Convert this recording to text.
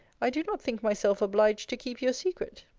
i do not think myself obliged to keep your secret.